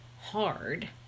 hard